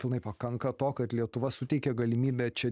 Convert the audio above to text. pilnai pakanka to kad lietuva suteikia galimybę čia